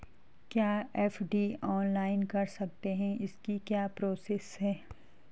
क्या FD online कर सकते हैं इसकी क्या प्रोसेस है?